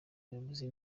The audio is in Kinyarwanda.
muyobozi